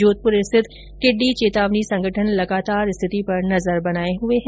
जोधपुर स्थित टिड्डी चेतावनी संगठन लगातार स्थिति पर नजर बनाये हुए है